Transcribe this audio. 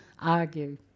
argue